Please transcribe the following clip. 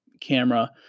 camera